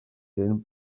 der